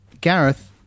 Gareth